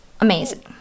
amazing